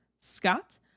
Scott